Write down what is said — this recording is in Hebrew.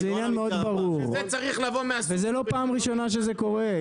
זה מאוד ברור וזו לא פעם ראשונה שזה קורה.